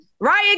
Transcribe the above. Ryan